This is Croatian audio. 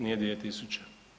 Nije 2000?